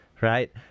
right